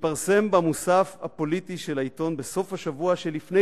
שהתפרסם במוסף הפוליטי של העיתון בסוף השבוע שלפני